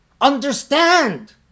Understand